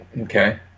Okay